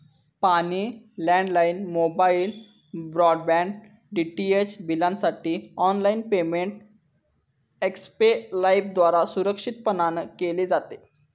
पाणी, landline, mobile, broadband, DTH बिलांसाठी online payment Xpay लाइफद्वारा सुरक्षितपणान केले जाते